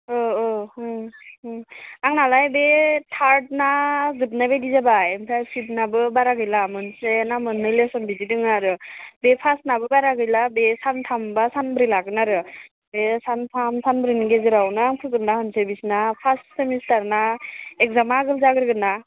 अ अ आंनालाय बे थार्दना जोबनाय बादि जाबाय ओमफ्राय फिफ्थनाबो बारा गैला मोनसे ना मोननै लेसन बिदि दं आरो बे फार्स्टनाबो बारा गैला बे सानथाम बा सानब्रै लागोन आरो बे सानथाम सानब्रैनि गेजेरावनो आं फोजोबना होनोसै बिसोरना फार्स्ट सेमिस्थारना एग्जामा आगोलो जाग्रोगोन ना